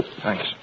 Thanks